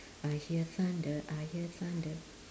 I hear thunder I hear thunder